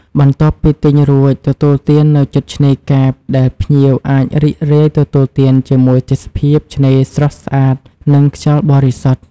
បន្ទាប់ពីទិញរួចទទួលទាននៅជិតឆ្នេរកែបដែលភ្ញៀវអាចរីករាយទទួលទានជាមួយទេសភាពឆ្នេរស្រស់ស្អាត និងខ្យល់បរិសុទ្ធ។